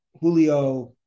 Julio